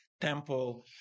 temple